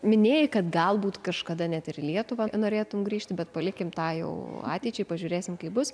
minėjai kad galbūt kažkada net ir į lietuvą norėtum grįžti bet palikim tą jau ateičiai pažiūrėsim kaip bus